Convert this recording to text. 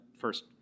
first